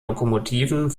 lokomotiven